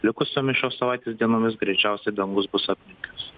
likusiomis šios savaitės dienomis greičiausiai dangus bus apniukęs